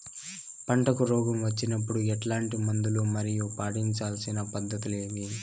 పంటకు రోగం వచ్చినప్పుడు ఎట్లాంటి మందులు మరియు పాటించాల్సిన పద్ధతులు ఏవి?